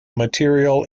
material